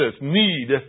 need